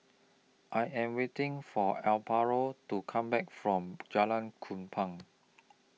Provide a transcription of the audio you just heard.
I Am waiting For Amparo to Come Back from Jalan Kupang